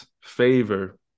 favor